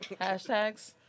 Hashtags